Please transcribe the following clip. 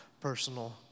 personal